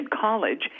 college